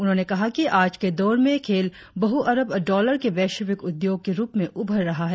उन्होंने कहा कि आज के दौर में खेल बहु अरब डाँलर के वैश्विक उद्योग के रुप में उभर रहा है